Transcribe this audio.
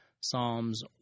Psalms